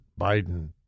Biden